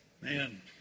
Man